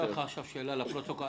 שאלה לפרוטוקול,